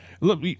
Look